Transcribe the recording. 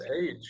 age